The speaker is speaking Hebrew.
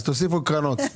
תוסיפו קרנות.